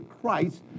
Christ